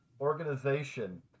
organization